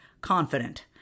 confident